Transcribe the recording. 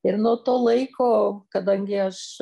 ir nuo to laiko kadangi aš